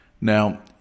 Now